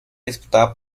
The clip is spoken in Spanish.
disputada